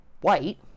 white